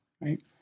right